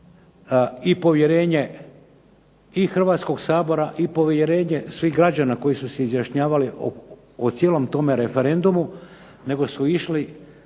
povjerenje Hrvatskoga sabora, povjerenje svih građana koji su se izjašnjavali o cijelom tom referendumu, nego su išli